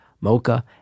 mocha